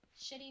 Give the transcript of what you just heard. shitty